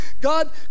God